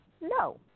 no